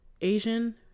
Asian